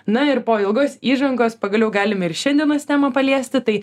na ir po ilgos įžangos pagaliau galime ir šiandienos temą paliesti tai